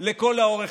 לכל האורך,